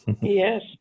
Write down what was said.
Yes